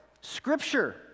Scripture